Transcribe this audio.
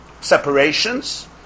separations